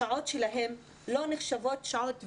השעות שלהן לא נחשבות שעות ותק.